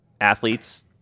athletes